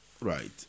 right